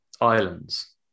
Islands